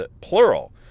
plural